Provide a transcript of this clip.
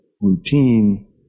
routine